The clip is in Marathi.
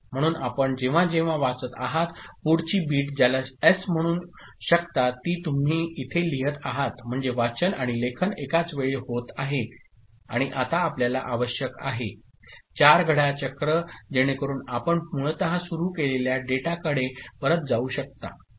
म्हणून आपण जेव्हा जेव्हा वाचत आहात पुढची बीट ज्याला S म्हणू शकता ती तुम्ही इथे लिहत आहात म्हणजे वाचन आणि लेखन एकाच वेळी होत आहे आणि आता आपल्याला आवश्यक आहे 4 घड्याळ चक्र जेणेकरून आपण मूळत सुरू केलेल्या डेटाकडे परत जाऊ शकता ठीक आहे